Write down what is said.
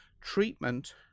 Treatment